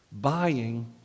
Buying